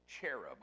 cherub